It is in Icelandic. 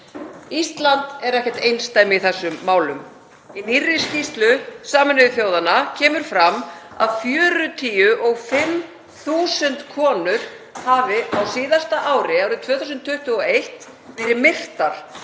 Ísland er ekkert einsdæmi í þessum málum. Í nýrri skýrslu Sameinuðu þjóðanna kemur fram að 45.000 konur hafi á síðasta ári, árið 2021, verið myrtar